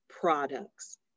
products